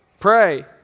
pray